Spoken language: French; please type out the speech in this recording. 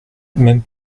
même